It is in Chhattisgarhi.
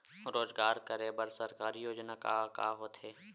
रोजगार करे बर सरकारी योजना का का होथे?